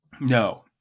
No